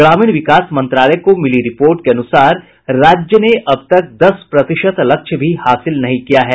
ग्रामीण विकास मंत्रालय को मिली रिपोर्ट के अनुसार राज्य ने अब तक दस प्रतिशत लक्ष्य भी नहीं हासिल किया है